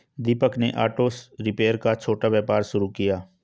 दीपक ने auto repair का छोटा व्यापार शुरू किया